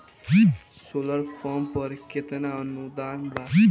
Solar pump पर केतना अनुदान बा?